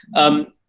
um,